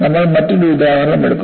നമ്മൾ മറ്റൊരു ഉദാഹരണം എടുക്കുന്നു